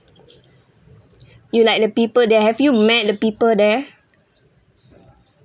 you like the people there have you met the people there